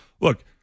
look